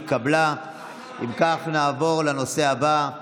אם כך, נעבור לנושא הבא,